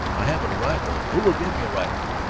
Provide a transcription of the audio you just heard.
i haven't a rifle, who will give me a rifle?